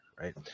right